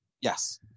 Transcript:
Yes